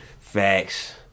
Facts